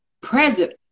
present